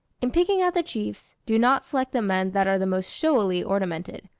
in picking out the chiefs, do not select the men that are the most showily ornamented,